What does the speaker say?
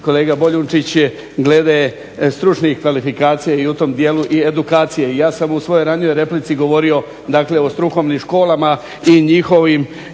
kolega Boljunčić je glede stručnih kvalifikacija i u tom dijelu i edukacije. I ja sam u svojoj ranijoj replici govorio, dakle o strukovnim školama i njihovim